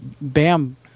Bam